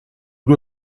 due